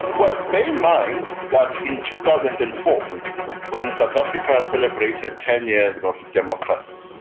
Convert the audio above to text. well, bear in mind that in two thousand and four when south africa celebrated ten years of democracy,